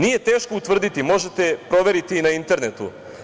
Nije teško utvrditi, možete proveriti i na internetu.